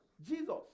Jesus